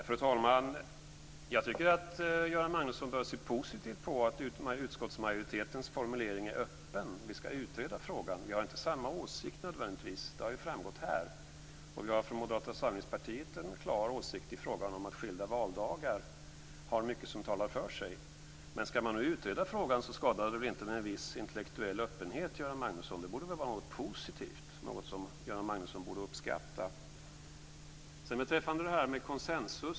Fru talman! Jag tycker att Göran Magnusson bör se positivt på att utskottsmajoritetens formulering är öppen. Vi ska utreda frågan, men vi har inte nödvändigtvis samma åsikt. Det har ju framgått här. Vi har från Moderata samlingspartiet en klar åsikt i fråga om att skilda valdagar har mycket som talar för sig. Men ska man utreda frågan skadar det väl inte med en viss intellektuell öppenhet, Göran Magnusson? Det borde väl vara något positivt och något som Göran Magnusson borde uppskatta.